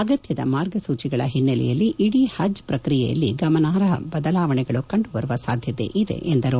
ಅಗತ್ನದ ಮಾರ್ಗಸೂಚಿಗಳ ಹಿನ್ನೆಲೆಯಲ್ಲಿ ಇಡೀ ಪಜ್ ಪ್ರಕ್ರಿಯೆಯಲ್ಲಿ ಗಮನಾರ್ಪ ಬದಲಾವಣೆಗಳು ಕಂಡುಬರುವ ಸಾಧ್ಯತೆ ಇದೆ ಎಂದರು